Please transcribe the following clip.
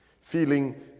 Feeling